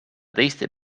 teiste